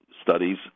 studies